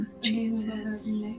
Jesus